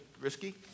risky